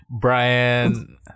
Brian